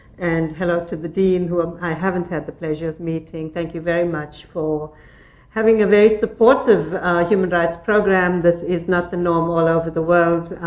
and hello to the dean, who ah i haven't had the pleasure of meeting. thank you very much for having a very supportive human rights program. this is not the norm all over the world,